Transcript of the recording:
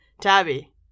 Tabby